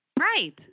Right